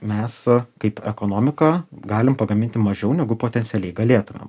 mes kaip ekonomika galim pagaminti mažiau negu potencialiai galėtumėm